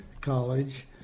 college